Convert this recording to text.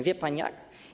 Wie pan jak?